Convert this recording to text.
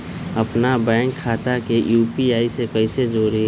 अपना बैंक खाता के यू.पी.आई से कईसे जोड़ी?